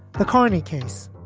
ah carney case,